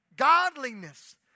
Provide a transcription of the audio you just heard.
Godliness